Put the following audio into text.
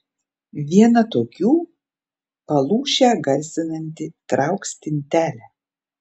viena tokių palūšę garsinanti trauk stintelę